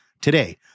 Today